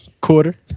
quarter